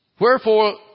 Wherefore